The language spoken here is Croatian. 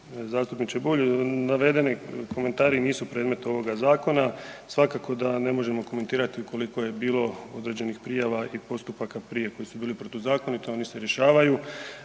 zastupniče Bulj, navedeni komentari nisu predmet ovoga zakona. Svakako da ne možemo komentirati koliko je bilo određenih prijava i postupaka prije koji su bili protuzakonito, oni se rješavaju